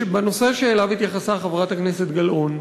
בנושא שאליו התייחסה חברת הכנסת גלאון,